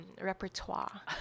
Repertoire